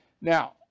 Now